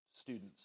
students